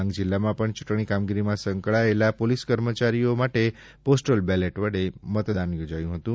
ડાંગ જિલ્લામાં પણ ચૂંટણી કામગીરીમાં સંકળાયેલા પોલીસ કર્મચારીઓ માટે પોસ્ટલ બેલેટ વડે મતદાન યોજાયું હતું